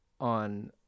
on